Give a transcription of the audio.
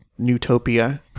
Newtopia